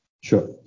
Sure